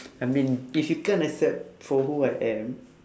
I mean if you can't accept for who I am